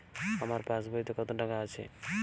আমার পাসবইতে কত টাকা আছে?